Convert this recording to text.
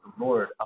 Lord